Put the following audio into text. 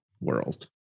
world